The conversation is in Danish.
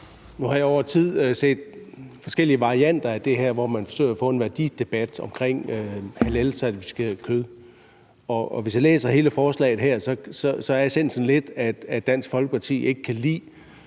Nu har jeg over tid set forskellige varianter af det her med at forsøge at få en værdidebat omkring halalcertificeret kød. Og hvis jeg læser hele forslaget her, er essensen lidt, at Dansk Folkeparti ikke kan lide,